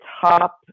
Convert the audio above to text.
top